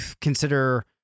consider